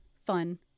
fun